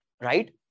Right